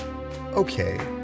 Okay